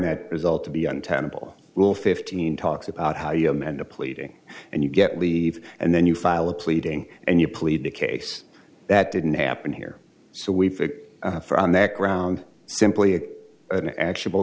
that result to be untenable will fifteen talks about how you mend a pleading and you get leave and then you file a pleading and you plead the case that didn't happen here so we figure for on that ground simply an actual